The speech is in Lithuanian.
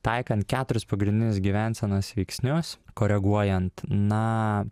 taikant keturis pagrindinius gyvensenos veiksnius koreguojant na